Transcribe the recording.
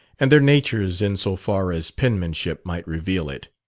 and their natures in so far as penmanship might reveal it.